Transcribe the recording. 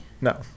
No